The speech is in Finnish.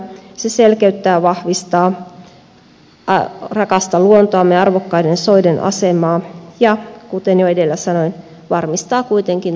se selkeyttää ja vahvistaa rakasta luontoamme ja arvokkaiden soiden asemaa ja kuten jo edellä sanoin varmistaa kuitenkin turpeennostonkin energiakäyttöön